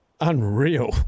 unreal